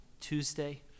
Tuesday